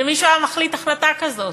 שמישהו היה מחליט החלטה כזאת,